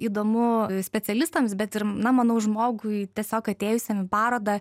įdomu specialistams bet ir na manau žmogui tiesiog atėjusiam į parodą